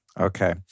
Okay